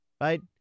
right